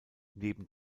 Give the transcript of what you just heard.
neben